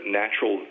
natural